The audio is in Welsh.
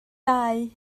dau